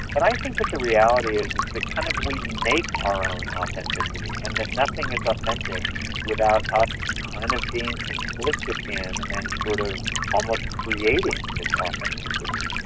but i think that the reality is that kind of we make our own authenticity and that nothing is authentic without us kind of being complicit in and sort of almost creating this authenticity.